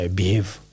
behave